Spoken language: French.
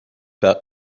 par